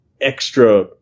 extra